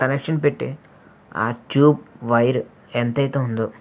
connection పెట్టే ఆ tube wire ఎంతైతే ఉందో